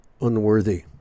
unworthy